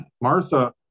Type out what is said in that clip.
Martha